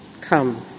come